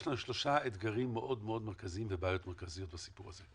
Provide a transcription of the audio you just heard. יש לנו שלושה אתגרים ובעיות מרכזיות בסיפור הזה.